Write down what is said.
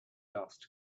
dust